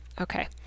Okay